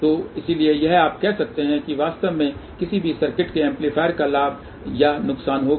तो इसलिए यह आप कह सकते हैं कि वास्तव में किसी भी सर्किट के एम्पलीफायर का लाभ या नुकसान होगा